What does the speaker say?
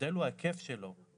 ההבדל הוא ההיקף שלו,